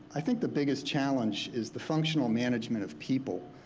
i think the biggest challenge is the functional management of people.